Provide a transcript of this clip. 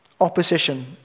Opposition